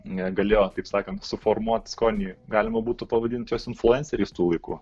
galėjo taip sakant suformuot skonį galima būtų pavadinti jos influenceris tų laikų